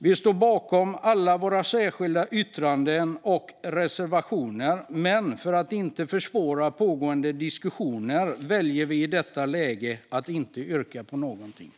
Vi står bakom alla våra särskilda yttranden och reservationer, men för att inte försvåra pågående diskussioner väljer vi i detta läge att inte yrka på någonting.